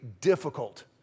difficult